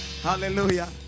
Hallelujah